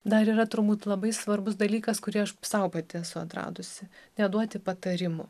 dar yra turbūt labai svarbus dalykas kurį aš sau pati esu atradusi neduoti patarimų